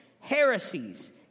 heresies